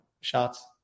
shots